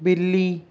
बिल्ली